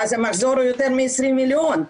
ואז המחזור הוא יותר מ-20 מיליון,